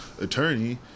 attorney